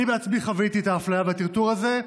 אני בעצמי חוויתי את האפליה בטרטור הזה.